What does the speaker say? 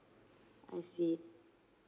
I see